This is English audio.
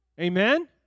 Amen